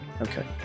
Okay